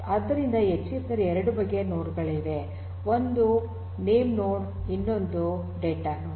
ಆದ್ದರಿಂದ ಎಚ್ಡಿಎಫ್ಎಸ್ ನಲ್ಲಿ 2 ಬಗೆಯ ನೋಡ್ ಗಳಿವೆ ಒಂದು ನೇಮ್ನೋಡ್ ಇನ್ನೊಂದು ಡಾಟಾನೋಡ್